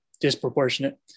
disproportionate